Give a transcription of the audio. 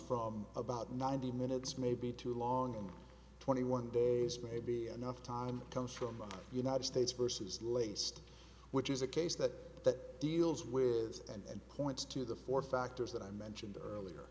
from about ninety minutes may be too long and twenty one days may be enough time comes from the united states versus laced which is a case that deals with and points to the four factors that i mentioned earlier